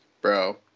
bro